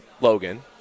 Logan